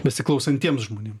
besiklausantiems žmonėm